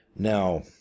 Now